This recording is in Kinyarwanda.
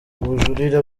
ubujurire